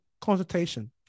consultation